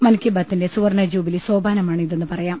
മൻകി ബാതിന്റെ സുവർണ്ണ ജൂബിലി സോപാനമാണിതെന്നു പറയാം